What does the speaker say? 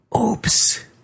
Oops